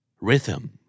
Rhythm